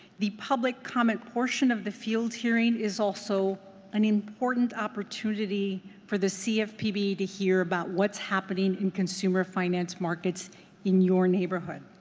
the public comment portion of the field hearing is also an important opportunity for the cfpb to hear about what's happening in consumer finance markets in your neighborhood.